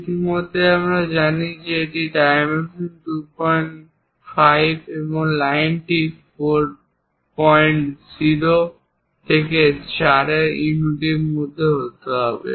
ইতিমধ্যেই আমরা জানি এই ডাইমেনশন 25 এবং লাইনটি 4 4 ইউনিটের মধ্যে হতে হবে